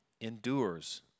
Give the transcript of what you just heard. endures